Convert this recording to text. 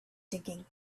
digging